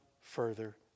further